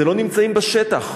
אתם לא נמצאים בשטח.